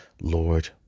Lord